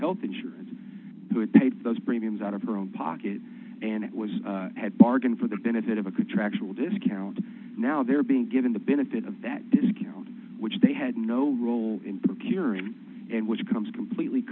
health insurance those premiums out of their own pocket and it was at bargain for the benefit of a contractual discount now they're being given the benefit of that discount which they had no role in curing and which comes completely